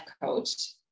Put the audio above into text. coach